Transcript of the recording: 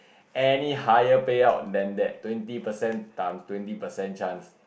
any higher payout than that twenty percent time twenty percent chance